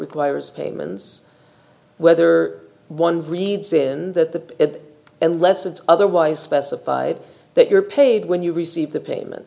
requires payments whether one reads then that the unless it's otherwise specified that you're paid when you receive the payment